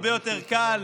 הרבה יותר קל